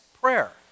Prayer